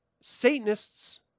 Satanists